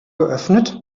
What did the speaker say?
geöffnet